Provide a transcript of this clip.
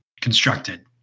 constructed